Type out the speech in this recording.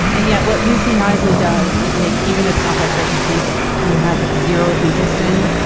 and yet what lucy nicely does is make even a topic that you think you have zero interest in,